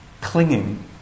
clinging